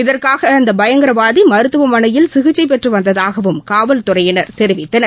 இதற்காக அந்த பயங்கரவாதி மருத்துவமனையில் சிகிச்சை பெற்று வந்ததாகவும் காவல்துறையினர் தெரிவித்தனர்